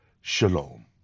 Shalom